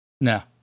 No